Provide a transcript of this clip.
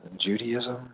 Judaism